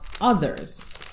others